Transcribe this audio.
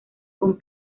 con